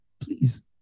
please